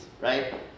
right